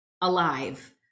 alive